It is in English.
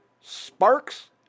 Sparks